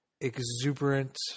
exuberant